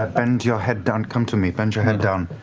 and your head down. come to me, bend your head down.